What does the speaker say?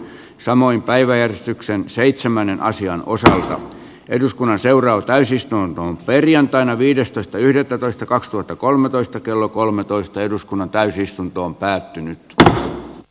samoin päiväjärjestykseen seitsemännen asian osaa eduskunnan seuraava täysistuntoon perjantaina viidestoista yhdettätoista kaksituhattakolmetoista kello kolmetoista eduskunnan täysistuntoon päätynyt niin edelleen